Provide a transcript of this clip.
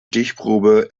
stichprobe